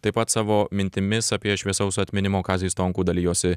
taip pat savo mintimis apie šviesaus atminimo kazį stonkų dalijosi